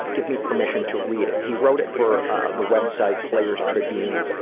give me permission to read it. he wrote it for ah the website player's tribune,